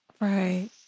Right